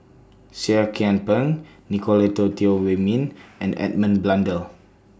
Seah Kian Peng Nicolette Teo Wei Min and Edmund Blundell